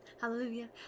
Hallelujah